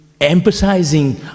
emphasizing